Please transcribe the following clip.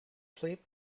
sleep